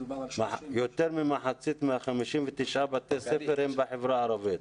מדובר על 30 --- יותר ממחצית מה-59 בתי ספר הם בחברה הערבית.